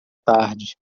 tarde